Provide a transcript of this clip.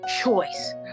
choice